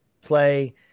play